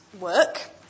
work